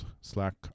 Slack